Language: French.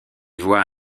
voit